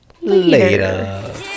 later